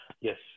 yes